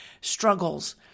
struggles